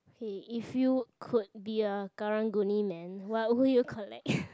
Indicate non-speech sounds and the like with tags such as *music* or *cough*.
hey if you could be a Karang-Guni man what would you collect *breath*